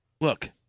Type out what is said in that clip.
Look